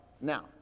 now